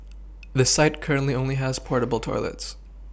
the site currently only has portable toilets